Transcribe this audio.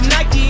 Nike